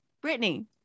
Brittany